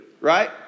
right